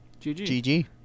gg